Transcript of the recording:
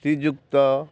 ଶ୍ରୀଯୁକ୍ତ